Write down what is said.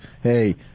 hey